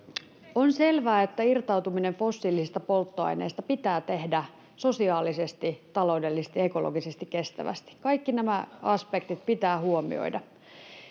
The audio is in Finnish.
On selvää, että irtautuminen fossiilisista polttoaineista pitää tehdä sosiaalisesti, taloudellisesti ja ekologisesti kestävästi. Kaikki nämä aspektit pitää huomioida.